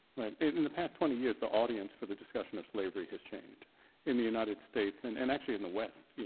in the past twenty years the audience for the discussion of slavery has changed in the united states, and and actually in the west. yeah